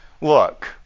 look